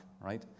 Right